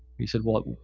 he said, well,